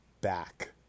back